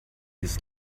ist